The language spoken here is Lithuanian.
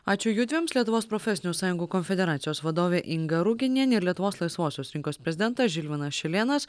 ačiū judviems lietuvos profesinių sąjungų konfederacijos vadovė inga ruginienė ir lietuvos laisvosios rinkos prezidentas žilvinas šilėnas